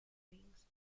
wings